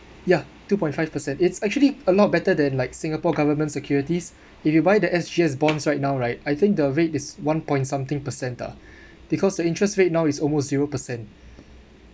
yeah two point five percent it's actually a lot better than like singapore government securities if you buy the S_G_S bonds right now right I think the rate is one point something percent ah because the interest rate now is almost zero percent